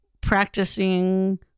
practicing